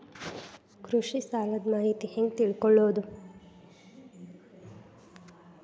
ಕೃಷಿ ಸಾಲದ ಮಾಹಿತಿ ಹೆಂಗ್ ತಿಳ್ಕೊಳ್ಳೋದು?